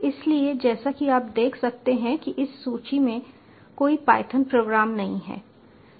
इसलिए जैसा कि आप देख सकते हैं कि इस सूची में कोई पायथन प्रोग्राम नहीं है